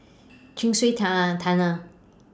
Chin Swee Tunnel Tunnel